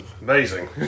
amazing